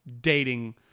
dating